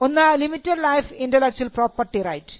ഒന്ന് limited life intellectual property right